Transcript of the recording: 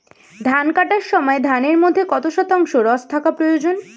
ধান কাটার সময় ধানের মধ্যে কত শতাংশ রস থাকা প্রয়োজন?